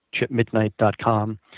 chipmidnight.com